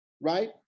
right